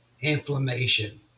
inflammation